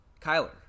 Kyler